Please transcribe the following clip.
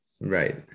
right